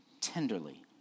tenderly